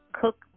cook